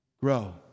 Grow